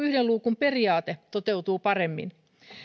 yhden luukun periaate toteutuu paremmin